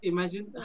Imagine